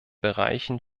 bereichen